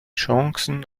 chancen